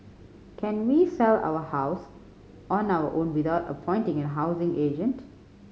can we sell our house on our own without appointing a housing agent